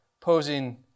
posing